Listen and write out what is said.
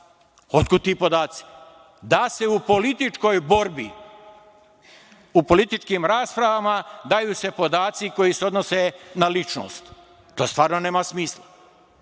otkud ti podaci? Da se u političkoj borbi, u političkim raspravama, daju se podaci koji se odnose na ličnost - to stvarno nema smisla.